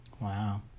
Wow